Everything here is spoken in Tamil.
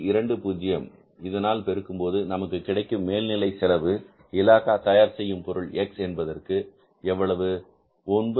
20 இதனால் பெருக்கும்போது நமக்கு கிடைக்கும் மேல் நிலை செலவு இலாகா தயார் செய்யும் பொருள் எக்ஸ் என்பதற்கு எவ்வளவு 9